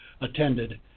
attended